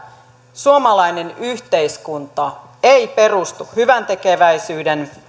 suomalainen yhteiskunta ei perustu hyväntekeväisyyden